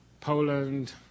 Poland